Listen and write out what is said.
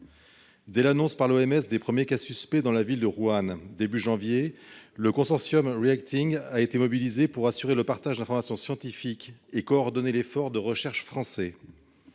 Dès l'annonce, par l'OMS, des premiers cas suspects dans la ville de Wuhan au début du mois janvier, le consortium REACTing a été mobilisé pour assurer le partage d'informations scientifiques et coordonner l'effort de recherche français.